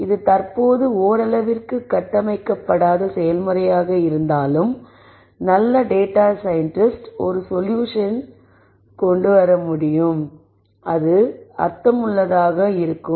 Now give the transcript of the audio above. இது தற்போது ஓரளவிற்கு கட்டமைக்கப்படாத செயல்முறையாக இருந்தாலும் நல்ல டேட்டா சயின்டிஸ்ட்கள் ஒரு சொல்யூஷன் கொண்டு வர முடிகிறது அது அர்த்தமுள்ளதாக இருக்கிறது